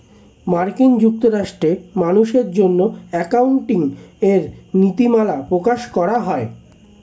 মার্কিন যুক্তরাষ্ট্রে মানুষের জন্য অ্যাকাউন্টিং এর নীতিমালা প্রকাশ করা হয়